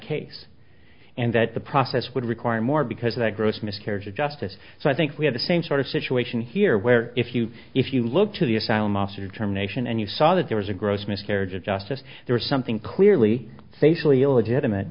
case and that the process would require more because of that gross miscarriage of justice so i think we have the same sort of situation here where if you if you look to the asylum officer determination and you saw that there was a gross miscarriage of justice there is something clearly safely illegitimate